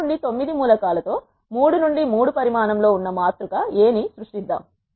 1 నుండి 9 మూల కాల తో 3 నుండి 3 పరిమాణం లో ఉన్న మాతృక A ని సృష్టిద్దాం